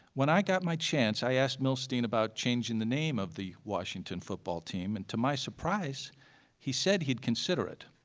when i got my chance i asked milstein about changing the name of the washington football team and to my surprise he said he'd consider it.